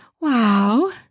wow